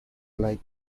like